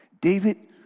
David